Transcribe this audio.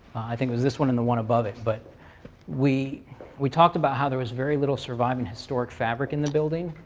i think it was this one and the one above it. but we we talked about how there was very little surviving historic fabric in the building,